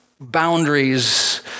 boundaries